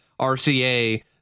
RCA